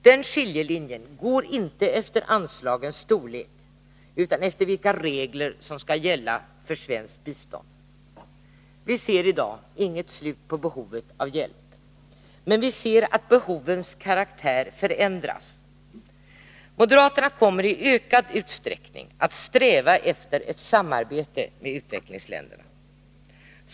Den skiljelinjen går inte efter anslagens storlek utan efter vilka regler som skall gälla för svenskt bistånd. Vi ser i dag inget slut på behoven av hjälp. Men vi ser att behovens karaktär förändras. Moderaterna kommer i ökad utsträckning att sträva efter ett samarbete med utvecklingsländerna.